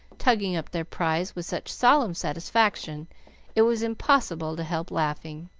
tugging up their prize with such solemn satisfaction it was impossible to help laughing.